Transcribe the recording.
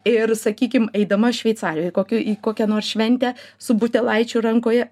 ir sakykim eidama šveicarijoj kokiu į kokią nors šventę su butelaičiu rankoje